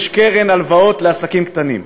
יש קרן הלוואות לעסקים קטנים.